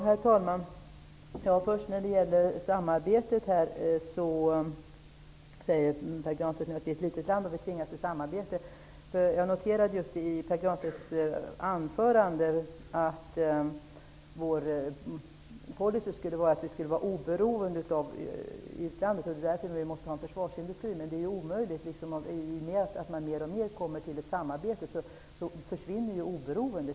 Herr talman! Pär Granstedt säger att Sverige är ett litet land och att vi tvingas till samarbete. Jag noterade att Pär Granstedt sade i sitt anförande att vår policy skulle vara ett oberoende av utlandet och att vi därför måste ha en försvarsindustri. Detta är omöjligt. I och med att det i allt större utsträckning sker samarbeten försvinner ju oberoendet.